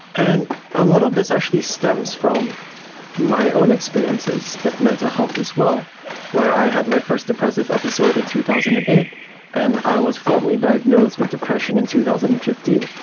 and a lot of this actually stems from my own experiences with mental health as well where i had my first depressive episode in two thousand and eight and i was formally diagnosed with depression in two thousand and fifteen.